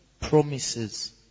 promises